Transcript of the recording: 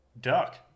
duck